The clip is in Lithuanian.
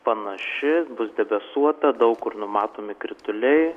panaši bus debesuota daug kur numatomi krituliai